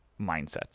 mindsets